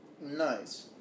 Nice